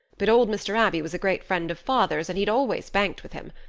but old mr. abbey was a great friend of father's and he'd always banked with him.